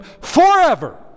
forever